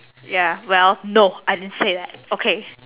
ya well no I didn't say that okay